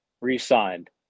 re-signed